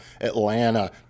Atlanta